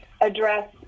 address